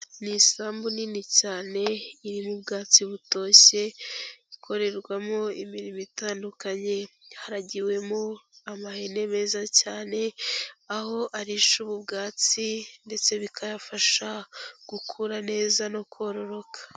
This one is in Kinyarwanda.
Ni isambu nini cyane irimo ubwatsi butoshye, ikorerwamo imirimo itandukanye. Haragiwemo amahene meza cyane, aho arisha ubu bwatsi ndetse bikayafasha gukura neza no kororoka.